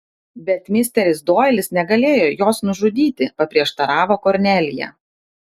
bet misteris doilis negalėjo jos nužudyti paprieštaravo kornelija